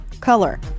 color